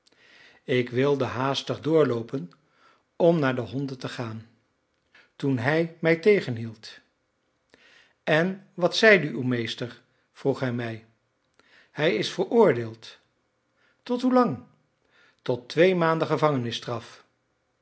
ik wilde haastig doorloopen om naar de honden te gaan toen hij mij tegenhield en wat zeide uw meester vroeg hij mij hij is veroordeeld tot hoelang tot twee maanden